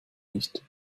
nicht